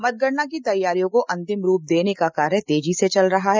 मतगणना की तैयारियों को अंतिम रूप देने का कार्य तेजी से चल रहा है